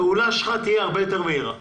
הפעולה שלך תהיה הרבה יותר מהירה.